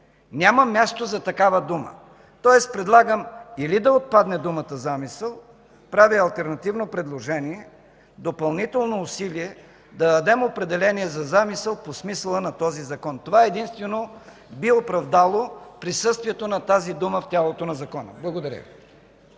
няма място за такава дума. Тоест предлагам или да отпадне думата „замисъл” – правя алтернативно предложение, допълнително усилие да дадем определение за „замисъл” по смисъла на този Закон. Това единствено би оправдало присъствието на тази дума в тялото на Закона. Благодаря